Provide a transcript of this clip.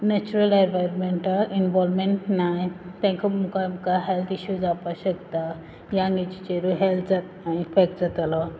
natural एनवारमेंटां involvement नाय तेंक मुखार मुखार हेल्थ इश्यूज जावपाक शेकता यांग एजिचेरूच हॅल्थ इफेक्ट जातोलो